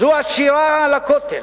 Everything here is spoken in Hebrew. זו השירה על הכותל,